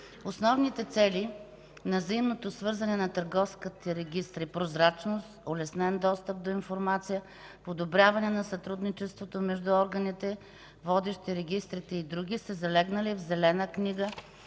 Основните цели на взаимното свързване на търговските регистри – прозрачност, улеснен достъп до информация, подобряване на сътрудничеството между органите, водещи регистрите и други, са залегнали и в Зелена книга